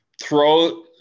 throw